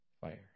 fire